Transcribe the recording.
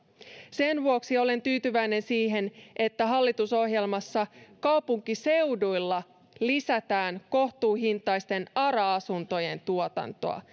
sen vuoksi olen tyytyväinen siihen että hallitusohjelmassa kaupunkiseuduilla lisätään kohtuuhintaisten ara asuntojen tuotantoa